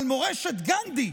אבל מורשת גנדי,